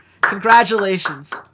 Congratulations